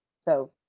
so,